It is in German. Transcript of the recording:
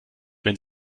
wenn